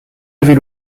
avez